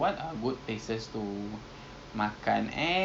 ya lah okay tak nanti I kena banyak pujuk adik I lah